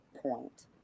point